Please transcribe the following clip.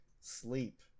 sleep